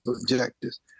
objectives